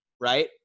right